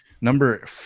Number